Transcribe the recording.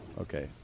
Okay